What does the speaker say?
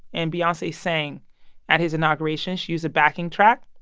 and beyonce sang at his inauguration. she used a backing track,